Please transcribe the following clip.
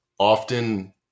often